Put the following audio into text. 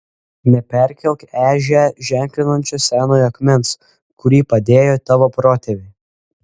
neperkelk ežią ženklinančio senojo akmens kurį padėjo tavo protėviai